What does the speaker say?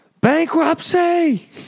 bankruptcy